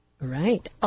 Right